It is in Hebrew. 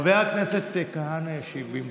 חבר הכנסת כהנא ישיב במקום.